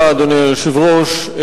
אדוני היושב-ראש,